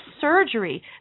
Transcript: surgery